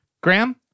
Graham